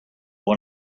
what